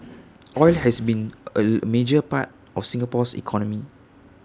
oil has long been A major part of Singapore's economy